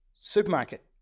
supermarket